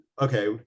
okay